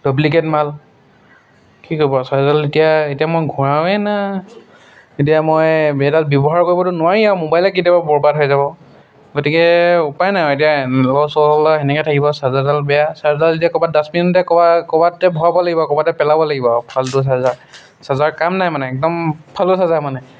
duplicate মাল কি ক'ব চাৰ্জাৰডাল এতিয়া এতিয়া মই ঘূৰাওঁৱে না এতিয়া মই সেইডাল ব্যৱহাৰ কৰিবতো নোৱাৰি আৰু মোবাইলে কেতিয়াবা বৰ্বাদ হৈ যাব গতিকে উপায় নাই আৰু এতিয়া লৰচৰ হ'লে তেনেকৈ থাকিব চাৰ্জাৰডাল বেয়া চাৰ্জাডাল এতিয়া ক'ৰবাত ডাষ্টবিনতে ক'ৰবাত ক'ৰবাতে ভৰাব লাগিব ক'ৰবাতে পেলাব লাগিব আৰু ফালতু চাৰ্জাৰ চাৰ্জাৰ কাম নাই মানে একদম ফালতু চাৰ্জাৰ মানে